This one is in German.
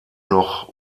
noch